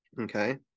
Okay